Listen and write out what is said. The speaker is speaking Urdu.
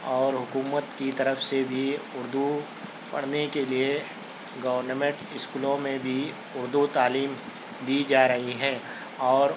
اور حکومت کی طرف سے بھی اردو پڑھنے کے لئے گونمٹ اسکولوں میں بھی اردو تعلیم دی جا رہی ہیں اور